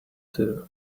too